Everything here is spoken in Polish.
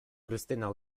krystyna